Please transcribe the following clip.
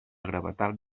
gravetat